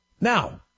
Now